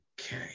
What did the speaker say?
Okay